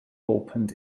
opened